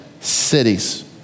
cities